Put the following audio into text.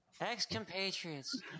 ex-compatriots